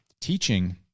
Teaching